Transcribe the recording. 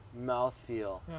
mouthfeel